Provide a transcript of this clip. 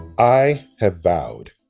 i have vowed